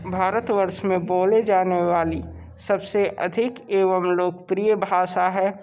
भारतवर्ष में बोले जाने वाली सब से अधिक एवं लोकप्रिय भाश है